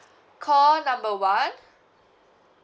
call number one